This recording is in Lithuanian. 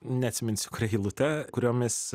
neatsiminsiu kuria eilute kuriomis